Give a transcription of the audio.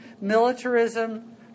militarism